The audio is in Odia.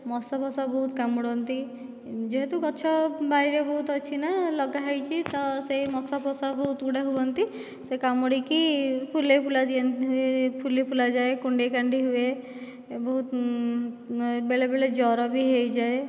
ମଶା ଫଶା ବହୁତ କାମୁଡ଼ନ୍ତି ଯେହେତୁ ଗଛ ବାରିରେ ବହୁତ ଅଛି ନା ଲଗା ହେଇଛି ତ ସେଇ ମଶା ଫଶା ବହୁତ ଗୁଡ଼ାଏ ହୁଅନ୍ତି ସେ କାମୁଡ଼ିକି ଫୁଲେଇ ଫୁଲା ଦିଅନ୍ତି ଫୁଲି ଫୁଲା ଯାଏ କୁଣ୍ଡେଇ କାଣ୍ଡି ହୁଏ ବହୁତ ବେଳେବେଳେ ଜ୍ୱର ବି ହେଇଯାଏ